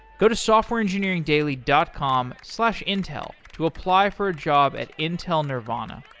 go to softwareengineeringdaily dot com slash intel to apply for a job at intel nervana.